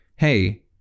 hey